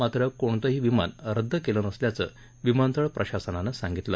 मात्र कोणतंही विमान रद्द केलं नसल्याचं विमानतळ प्रशासनानं सांगितलं